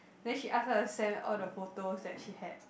then she ask us to send all the photos that she had